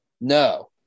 No